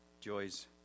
Joy's